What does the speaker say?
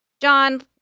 John